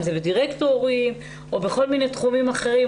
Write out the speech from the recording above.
אם זה בדירקטורים או בכל מיני תחומים אחרים,